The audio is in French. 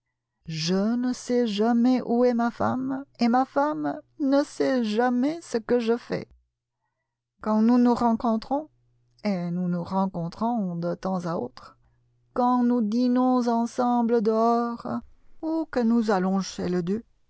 je ne sais jamais où est ma femme et ma femme ne sait jamais ce que je fais quand nous nous rencontrons et nous nous rencontrons de temps à autre quand nous dînons ensemble dehors ou que nous allons chez le duc